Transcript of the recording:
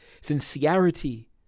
Sincerity